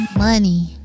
money